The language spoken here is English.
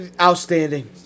Outstanding